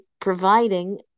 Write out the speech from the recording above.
providing